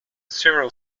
several